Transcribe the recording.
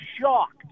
shocked